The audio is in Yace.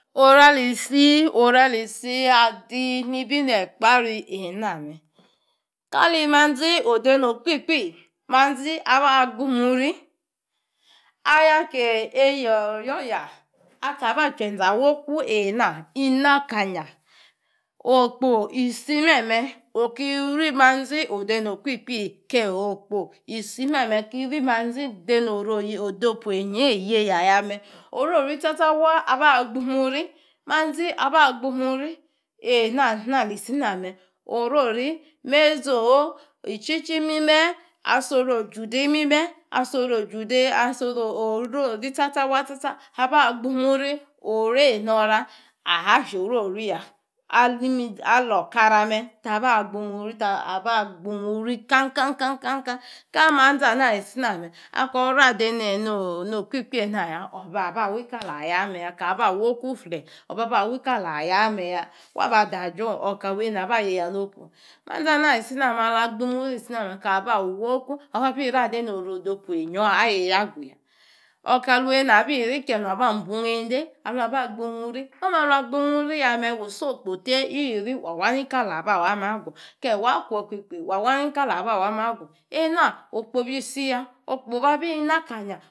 Oru-alisi, oralisi adinibi nekpari ename, kali- manzi ode nokpi kpi, manzi abagbimuri, aya- keya o̱yo̱ya akaba- chuenze awoku ena- inakanya. Okpo isimeme okirimanzi ode- Nokpikpi ke okpo isimeme wi- remanzi do- ru- odopu- enyi yeyayame, oriori tsa tsa wa̱ abagbimuri, manzi aba-gbimuri, ena alsisiname, oriori, mezi oh!, Ichicha imime, asoru ojude imime oriori tsa tsa wa tsa tsa abagbumuri, orey no̱ra aha- hiorori ya. Alo̱- okara me ta ba gbimuri kang kang- kali- manzi ana- alisiname, ako̱ rade nokpiki ya, obaba- winkala- ayameya, awo̱ kalue nabayeya nopu. Manzi ana alisiname alagbimuri isiname kaba-woku, o̱babi iri agu ade no-oru odopu enyi- or aguya. awor kalue na biri kie nua ba bung yende alua ba gbumuri, omu alua- gbumuriyame, wu sokpo te iri awinka laba wame agu; ke wa kwo kpikpi wa wankala ba wame agu ena okpo besiya, okpo abinakanya.